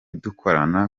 dukorana